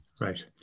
Right